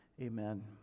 amen